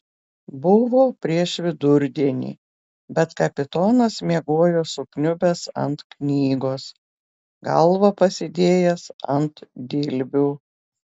buvo prieš vidurdienį bet kapitonas miegojo sukniubęs ant knygos galvą pasidėjęs ant dilbių